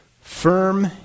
Firm